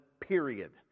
period